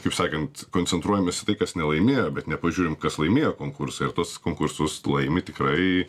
kaip sakant koncentruojamės į tai kas nelaimėjo bet nepažiūrim kas laimėjo konkursą ir tuos konkursus laimi tikrai